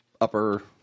upper –